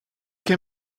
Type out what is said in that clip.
can